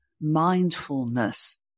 mindfulness